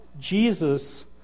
Jesus